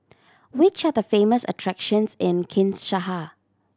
which are the famous attractions in Kinshasa